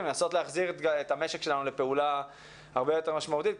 לנסות להחזיר את המשק שלנו לפעולה הרבה יותר משמעותית.